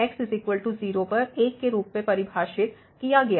function को x0पर 1 के रूप में परिभाषित किया गया था